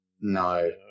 No